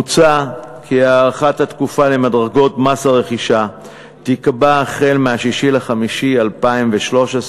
מוצע כי הארכת התקופה למדרגות מס הרכישה תיקבע החל מ-6 במאי 2013,